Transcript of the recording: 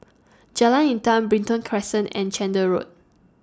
Jalan Intan Brighton Crescent and Chander Road